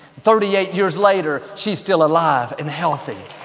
thirty-eight years later, she's still alive and healthy.